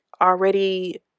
already